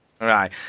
Right